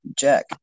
Jack